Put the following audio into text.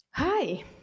Hi